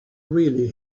really